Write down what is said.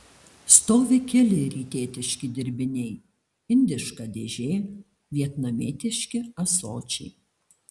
stovi keli rytietiški dirbiniai indiška dėžė vietnamietiški ąsočiai